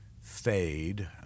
fade